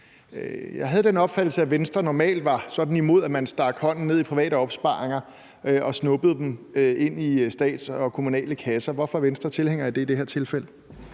Jeg havde den opfattelse, at Venstre normalt var imod, at man stak hånden ned i private opsparinger og stoppede dem i statslige og kommunale kasser. Hvorfor er Venstre tilhænger af det i det her tilfælde?